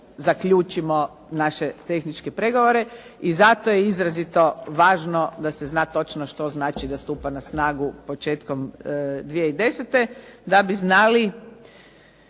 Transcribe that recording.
zaključimo naše tehničke pregovore i zato je izrazito važno da se zna točno što znači da stupa na snagu početkom 2010. da bi znali